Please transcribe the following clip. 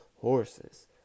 horses